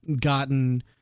gotten